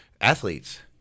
athletes